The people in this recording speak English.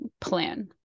plan